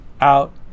out